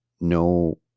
no